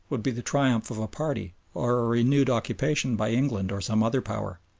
would be the triumph of a party, or a renewed occupation by england or some other power.